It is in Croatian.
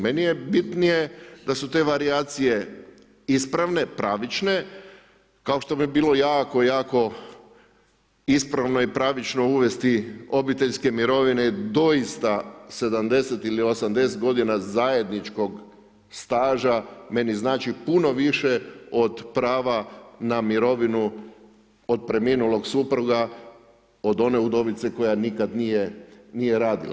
Meni je bitnije, da su te varijacije ispravne, pravične, kao što bi bilo jako jako ispravno i pravično uvesti obiteljske mirovine, doista 70 ili 80 g. zajedničkog staža, meni znači puno više od prava na mirovinu od preminulog supruga, od one udovice koja nikada nije radila.